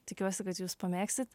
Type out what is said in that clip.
tikiuosi kad jūs pamėgsit